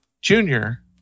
junior